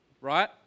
Right